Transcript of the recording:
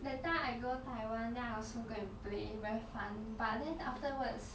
that time I go taiwan then I also go and play very fun but then afterwards